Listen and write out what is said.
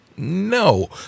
no